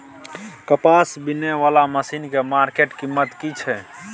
कपास बीनने वाला मसीन के मार्केट कीमत की छै?